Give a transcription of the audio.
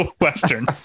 Western